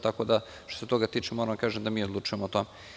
Tako da, što se toga tiče, moram da vam kažem da mi odlučujemo o tome.